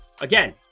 again